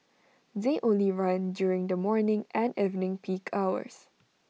they only run during the morning and evening peak hours